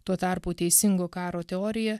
tuo tarpu teisingo karo teorija